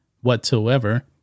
whatsoever